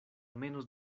menos